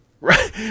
Right